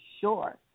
sure